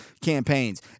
campaigns